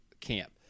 camp